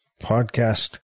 podcast